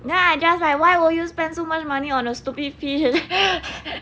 then I just like why would you spend so much money on a stupid fish